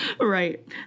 Right